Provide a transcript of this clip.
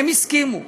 והם הסכימו.